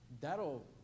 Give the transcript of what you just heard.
That'll